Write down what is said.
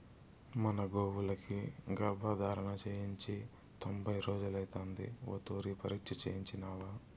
మన గోవులకి గర్భధారణ చేయించి తొంభై రోజులైతాంది ఓ తూరి పరీచ్ఛ చేయించినావా